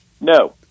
No